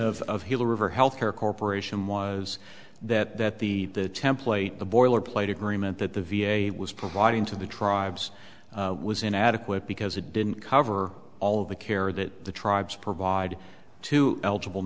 of of healer river health care corporation was that that the template the boilerplate agreement that the v a was providing to the tribes was inadequate because it didn't cover all of the care that the tribes provide to eligible